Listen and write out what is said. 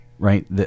Right